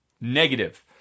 negative